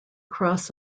cross